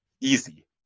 easy